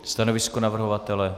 Stanovisko navrhovatele?